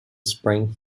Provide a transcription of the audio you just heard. spring